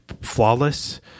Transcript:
flawless